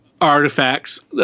artifacts